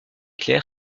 clair